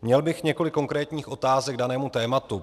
Měl bych několik konkrétních otázek k danému tématu.